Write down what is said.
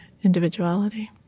individuality